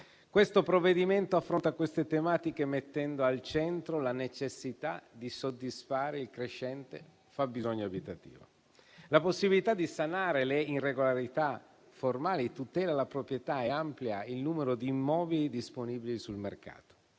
Il provvedimento in esame affronta queste tematiche mettendo al centro la necessità di soddisfare il crescente fabbisogno abitativo. La possibilità di sanare le irregolarità formali tutela la proprietà e amplia il numero di immobili disponibili sul mercato;